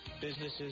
businesses